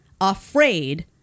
Afraid